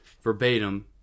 verbatim